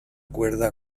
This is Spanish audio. cuerda